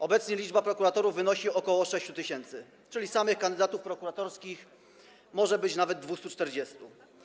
Obecnie liczba prokuratorów wynosi ok. 6 tys., czyli samych kandydatów prokuratorskich może być nawet 240.